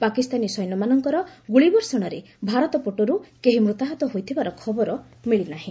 ପାକିସ୍ତାନୀ ସୈନ୍ୟମାନଙ୍କର ଗୁଳି ବର୍ଷଣରେ ଭାରତ ପଟରୁ କେହି ମୃତାହତ ହୋଇଥିବାର ଖବର ମିଳି ନାହିଁ